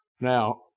Now